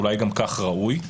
אולי גם כך ראוי.